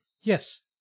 Yes